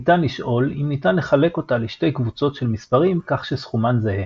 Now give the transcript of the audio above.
ניתן לשאול אם ניתן לחלק אותה לשתי קבוצות של מספרים כך שסכומן זהה.